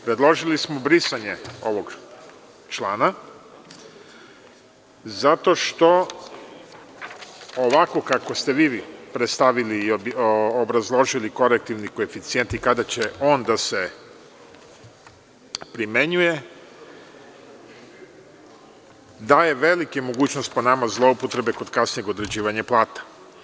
Predložili smo brisanje ovog člana zato što ovako kako ste vi predstavili i obrazložili korektivni koeficijent i kada će on da se primenjuje daje velike mogućnosti, po nama zloupotrebe, kod kasnijeg određivanja plata.